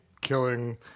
killing